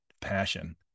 passion